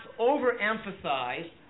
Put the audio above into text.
overemphasize